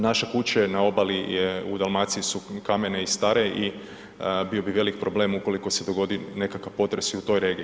Naše kuće na obali u Dalmaciji su kamene i stare i bio bi veliki problem ukoliko se dogodi nekakav potres i u toj regiji.